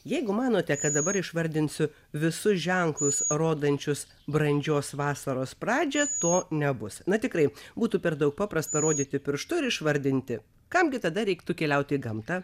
jeigu manote kad dabar išvardinsiu visus ženklus rodančius brandžios vasaros pradžią to nebus na tikrai būtų per daug paprasta rodyti pirštu ir išvardinti kam gi tada reiktų keliaut į gamtą